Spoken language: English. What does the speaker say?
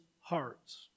hearts